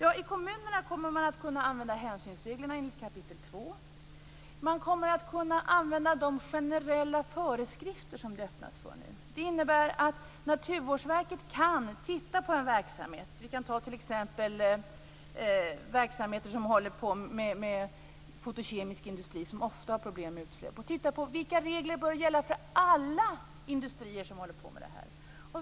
I kommunerna kommer man att kunna använda hänsynsreglerna enligt kap. 2. Man kommer att kunna använda de generella föreskrifter som det öppnas för nu. Det innebär att Naturvårdsverket kan titta på en verksamhet. Vi kan t.ex. ta verksamheter som håller på med fotokemisk industri, som ofta har problem med utsläpp. Vilka regler bör gälla för alla industrier som håller på med det här?